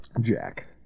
Jack